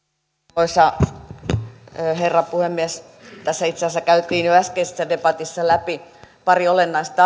arvoisa herra puhemies tässä itse asiassa käytiin jo äskeisessä debatissa läpi pari olennaista